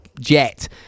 jet